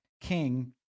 king